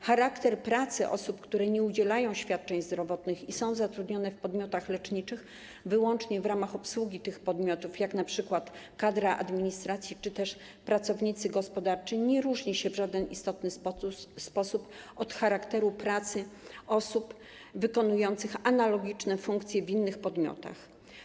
Charakter pracy osób, które nie udzielają świadczeń zdrowotnych i są zatrudnione w podmiotach leczniczych wyłącznie w ramach ich obsługi, jak np. kadra administracyjna czy pracownicy gospodarczy, nie różni się w żaden istotny sposób od charakteru pracy osób wykonujących analogiczne funkcje w innych podmiotach.